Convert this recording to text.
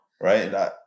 right